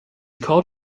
called